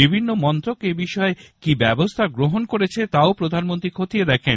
বিভিন্ন মন্ত্রক এবিষয়ে কি ব্যবস্হা গ্রহণ করেছে তাও প্রধানমন্ত্রী খতিয়ে দেখেন